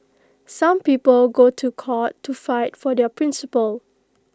some people go to court to fight for their principles